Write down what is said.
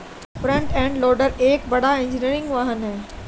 front end loader एक बड़ा engineering वाहन है